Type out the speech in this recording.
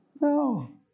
No